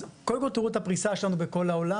אז קודם כל תראו את הפריסה שלנו בכל העולם.